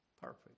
perfect